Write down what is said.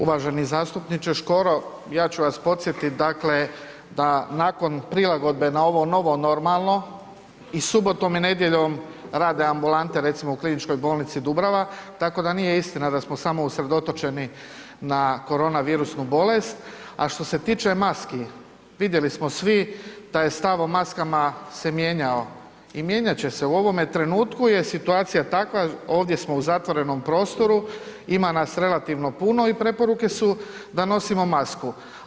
Uvaženi zastupniče Škoro, ja ću vas podsjetit dakle da nakon prilagodbe na ovo novo normalno i subotom i nedjeljom rade ambulante, recimo u KBC Dubrava tako da nije istina da smo samo usredotočeni na korona virusnu bolest a što se tiče maski, vidjeli smo svi da je stav o maskama se mijenjao i mijenjat će se, u ovome trenutku je situacija takva, ovdje smo u zatvorenom prostoru, ima nas relativno puno i preporuke su da nosimo masku.